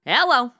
Hello